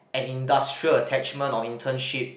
an industrial attachment or internship